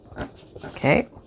Okay